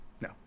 No